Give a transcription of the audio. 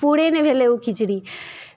पूरे नहि भेलै ओ खिचड़ी